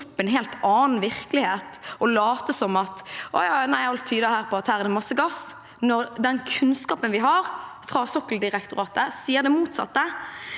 og late som at nei, alt tyder på at her er det masse gass, når den kunnskapen vi har fra Sokkeldirektoratet, sier det motsatte.